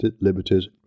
liberties